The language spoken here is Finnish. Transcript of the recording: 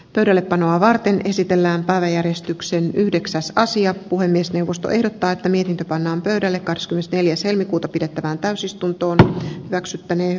pöydällepanoa varten esitellään päiväjärjestyksen yhdeksäs kansio puhemiesneuvosto ehdottaa tamilit pannaan pöydälle kaskun neljäs helmikuuta pidettävään täysistuntoon räksyttäneet